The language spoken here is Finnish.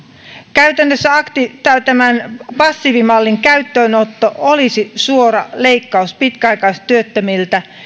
käytännössä tämän passiivimallin käyttöönotto olisi suora leikkaus pitkäaikaistyöttömiltä